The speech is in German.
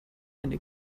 eine